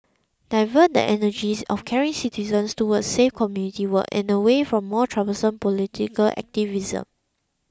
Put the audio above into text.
divert the energies of caring citizens towards safe community work and away from more troublesome political activism